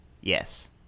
Yes